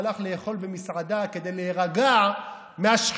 הוא הלך לאכול במסעדה כדי להירגע מהשחיתות,